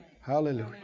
Hallelujah